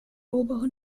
oberen